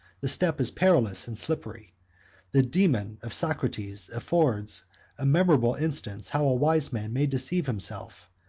the step is perilous and slippery the daemon of socrates affords a memorable instance, how a wise man may deceive himself,